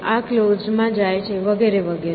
આ ક્લોઝડ માં જાય છે વગેરે વગેરે